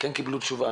כן קיבלו תשובה,